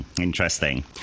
Interesting